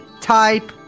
type